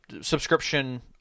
subscription